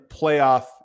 playoff